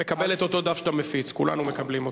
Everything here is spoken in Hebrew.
תקבל את אותו דף שאתה מפיץ, כולנו מקבלים אותו.